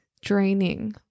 draining